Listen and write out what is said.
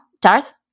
Darth